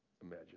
imagine